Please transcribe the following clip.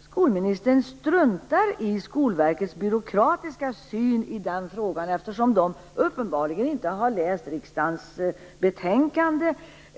skolministern struntar i Skolverkets byråkratiska syn i den frågan. De har uppenbarligen inte läst riksdagens betänkande.